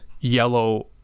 yellow